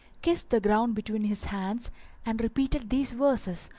kissed the ground between his hands and repeated these verses,